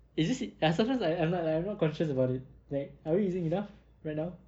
is it is sometimes I I'm not like I'm not conscious about it like are we using enough right now